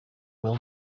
will